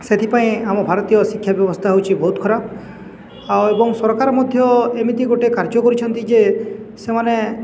ସେଥିପାଇଁ ଆମ ଭାରତୀୟ ଶିକ୍ଷା ବ୍ୟବସ୍ଥା ହେଉଛି ବହୁତ ଖରାପ ଆଉ ଏବଂ ସରକାର ମଧ୍ୟ ଏମିତି ଗୋଟେ କାର୍ଯ୍ୟ କରିଛନ୍ତି ଯେ ସେମାନେ